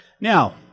now